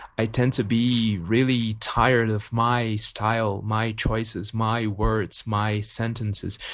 i tend to be really tired of my style, my choices, my words, my sentences.